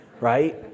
right